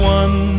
one